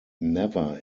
never